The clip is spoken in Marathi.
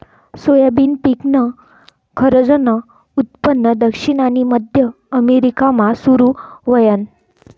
सोयाबीन पिकनं खरंजनं उत्पन्न दक्षिण आनी मध्य अमेरिकामा सुरू व्हयनं